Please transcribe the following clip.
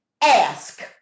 ask